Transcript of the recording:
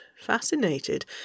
fascinated